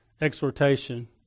exhortation